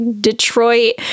Detroit